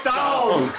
down